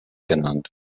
genannt